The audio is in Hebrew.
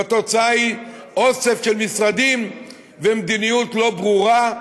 והתוצאה היא אוסף של משרדים ומדיניות לא ברורה,